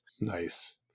nice